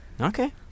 Okay